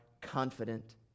confident